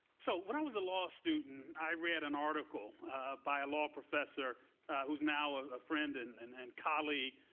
so, when i was a law student, i read an article by a law professor who's now a friend and and and colleague.